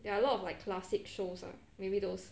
there are a lot of like classic shows lah maybe those